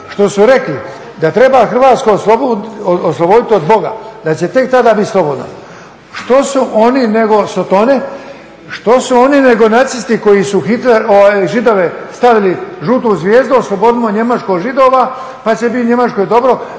što su rekli da treba Hrvatsku osloboditi od Boga, da će tek tada biti slobodna, što su oni nego sotone, što su oni nego nacisti koji su Židovima stavili žutu zvijezdu, oslobodimo Njemačku od Židova pa će biti Njemačkoj dobro,